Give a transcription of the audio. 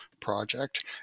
project